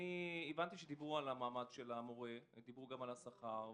הבנתי שדיברו על מעמד המורה ועל השכר.